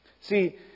See